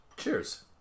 Cheers